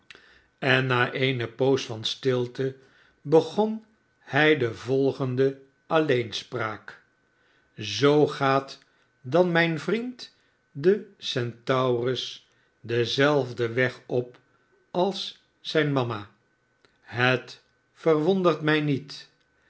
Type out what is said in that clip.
en na eene poos van stilte begon hij de volgende alleeripraak szoo gaat dan mijn vriend de cehtaurus denzelfden weg op als zijne mama het verwondert mij niet